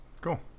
Cool